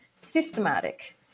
systematic